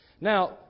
Now